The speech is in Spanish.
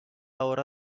hora